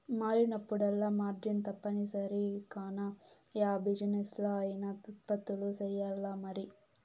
మారినప్పుడల్లా మార్జిన్ తప్పనిసరి కాన, యా బిజినెస్లా అయినా ఉత్పత్తులు సెయ్యాల్లమరి